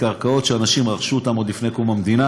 אלה קרקעות שאנשים רכשו עוד לפני קום המדינה,